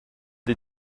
des